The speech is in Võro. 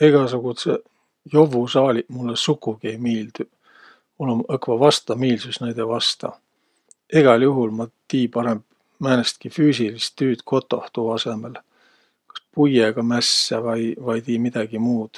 Egäsugudsõq jovvusaaliq mullõ sukugi ei miildüq. Mul um õkva vastamiilsüs naidõ vastaEgäl juhul ma tii parõmb määnestki füüsilist tüüd kotoh, tuu asõmõl. Kas puiõga mässä vai tii midägi muud.